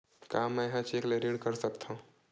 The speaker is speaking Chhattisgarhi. का मैं ह चेक ले ऋण कर सकथव?